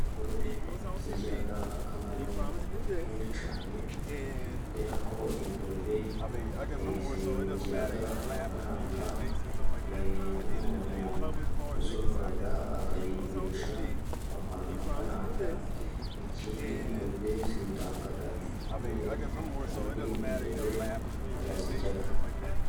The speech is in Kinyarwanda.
Ingurube zigira akamaro kenshi cyane, kubera ko ingurube zigira amafaranga, nk'umuntu uzorora akayigurisha bamuhaha amafaranga, ikindi ingurube zitanga ifumbire, kandi ingurube barazirya.